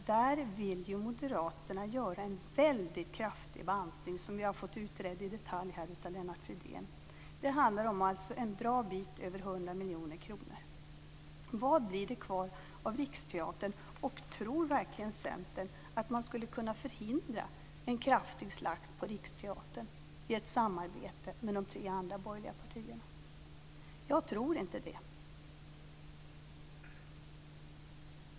Där vill ju moderaterna som sagt göra en väldigt kraftig bantning, som vi har fått utredd i detalj här av Lennart Fridén. Det handlar om en bra bit över 100 miljoner kronor. Vad blir det kvar av Riksteatern, och tror verkligen Centern att man skulle kunna förhindra en kraftig slakt på Riksteatern i ett samarbete med de tre andra borgerliga partierna? Jag tror inte det.